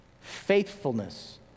faithfulness